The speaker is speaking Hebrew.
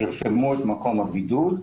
ירשמו את מקום הבידוד,